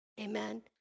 Amen